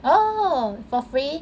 oh for free